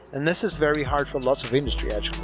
and this is very hard for lots of industry actually.